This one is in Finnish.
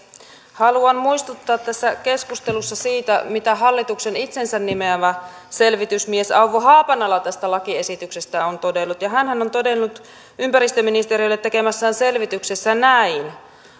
haluan muistuttaa tässä keskustelussa siitä mitä hallituksen itsensä nimeämä selvitysmies auvo haapanala tästä lakiesityksestä on todennut hänhän on todennut ympäristöministeriölle tekemässään selvityksessä